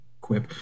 Quip